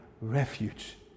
refuge